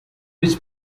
which